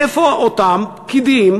איפה אותם פקידים